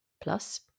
plus